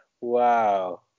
Wow